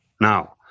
Now